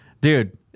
Dude